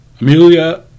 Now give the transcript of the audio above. Amelia